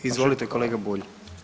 Izvolite kolega Bulj.